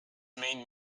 main